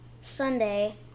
Sunday